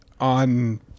on